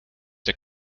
der